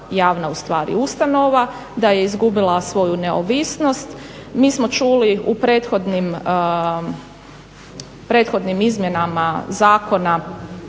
ustanova, da je izgubila svoju neovisnost. Mi smo čuli u prethodnim izmjenama zakona